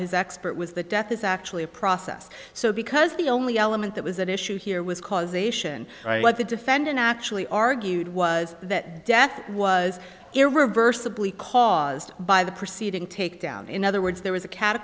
his expert was that death is actually a process so because the only element that was at issue here was causation but the defendant actually argued was that death was irreversibly caused by the preceding takedown in other words there was a cat